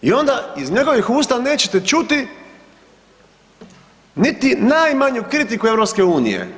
I onda iz njegovih usta nećete čuti niti najmanju kritiku EU.